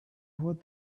what